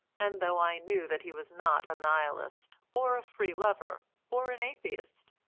and though i knew that he was not a nihilist, or a free-lover, or an atheist,